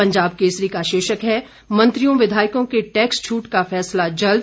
पंजाब केसरी का शीर्षक है मंत्रियों विधायकों के टैक्स छूट पर फैसला जल्द